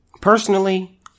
Personally